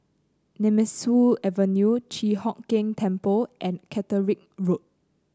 Nemesu Avenue Chi Hock Keng Temple and Catterick Road